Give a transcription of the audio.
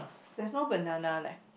there's no banana leh